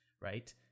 right